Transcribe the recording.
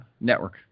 network